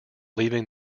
leaving